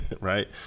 right